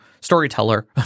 storyteller